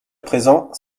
présent